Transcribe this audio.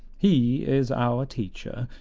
he is our teacher.